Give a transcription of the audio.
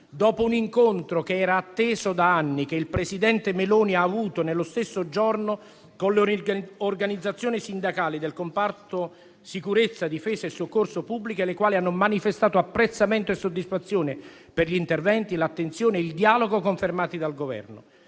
dopo un incontro, atteso da anni, che il presidente Meloni ha avuto nello stesso giorno con le organizzazioni sindacali del comparto sicurezza, difesa e soccorso pubblico, che hanno manifestato apprezzamento e soddisfazione per gli interventi, l'attenzione e il dialogo confermati dal Governo;